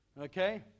okay